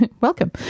Welcome